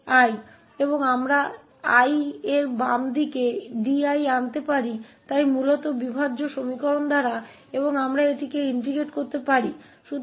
और अब हम इसे 𝐼 को बाईं ओर 𝑑𝐼 पर ला सकते हैं इसलिए मूल रूप से वियोज्य समीकरण द्वारा और हम इसे एकीकृत कर सकते हैं